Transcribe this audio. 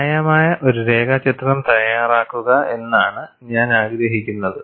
ന്യായമായ ഒരു രേഖാചിത്രം തയ്യാറാക്കുക എന്നാണ് ഞാൻ ആഗ്രഹിക്കുന്നത്